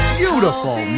beautiful